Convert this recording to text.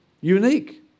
Unique